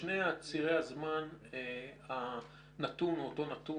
בשני צירי הזמן הנתון הוא אותו נתון,